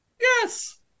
Yes